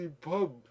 pub